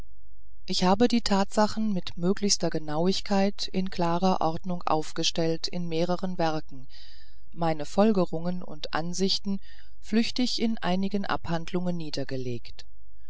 ich habe die tatsachen mit möglichster genauigkeit in klarer ordnung aufgestellt in mehrern werken meine folgerungen und ansichten flüchtig in einigen abhandlungen niedergelegt